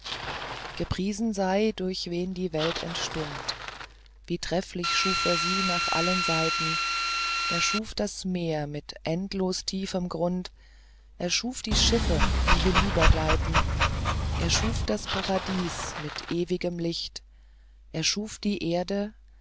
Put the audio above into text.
gepriesen sei durch wen die welt entstund wie trefflich schuf er sie nach allen seiten er schuf das meer mit endlos tiefem grund er schuf die schiffe die hinübergleiten er schuf das paradies mit ewigem licht er schuf die erde